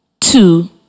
two